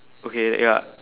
okay ya